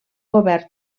govern